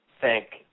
thank